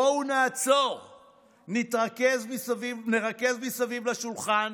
בואו נעצור, נרכז מסביב לשולחן